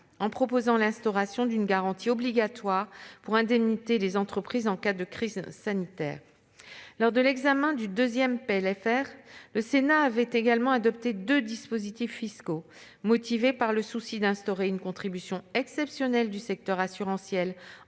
en prévoyant l'instauration d'une garantie obligatoire pour indemniser les entreprises en cas de crise sanitaire. Lors de l'examen du deuxième projet de loi de finances rectificative, le Sénat avait également adopté deux dispositifs fiscaux motivés par le souci d'instaurer une contribution exceptionnelle du secteur assurantiel